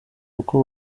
uko